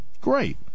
Great